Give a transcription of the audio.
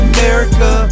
America